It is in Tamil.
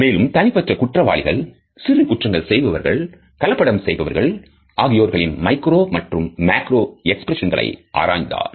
மேலும் தனிப்பட்ட குற்றவாளிகள் சிறு குற்றங்கள் செய்பவர்கள் கலப்படம் செய்பவர்கள் ஆகியோர்களின் மைக்ரோ மற்றும் மேக்ரோ எக்ஸ்பிரஷன்ங்களை ஆராய்ந்தார்